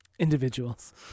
Individuals